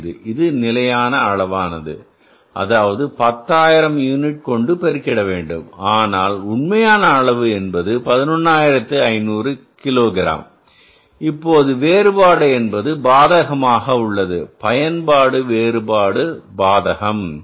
5 இது நிலையான அளவானது அதாவது 10000 யூனிட் கொண்டு பெருகிட வேண்டும் ஆனால் உண்மையான அளவு என்பது 11 ஆயிரத்து 500 கிலோ கிராம் இப்போது வேறுபாடு என்பது பாதகம் ஆக உள்ளது பயன்பாட்டு வேறுபாடு பாதகம்